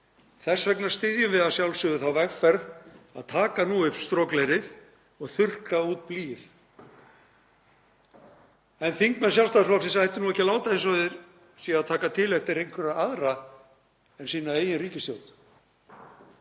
Þess vegna styðjum við að sjálfsögðu þá vegferð að taka nú upp strokleðrið og þurrka út blýið. En þingmenn Sjálfstæðisflokksins ættu nú ekki að láta eins og þeir séu að taka til eftir einhverja aðra en sína eigin ríkisstjórn.